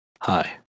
hi